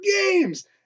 games